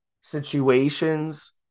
situations